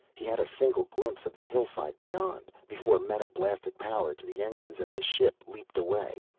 he had a single glimpse of the hillside beyond, before meta blasted power to the engines and the ship leaped away.